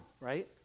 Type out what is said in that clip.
right